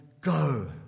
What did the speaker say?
go